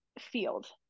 field